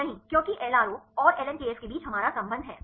नहीं क्योंकि एलआरओ और एलएन केएफ के बीच हमारा संबंध है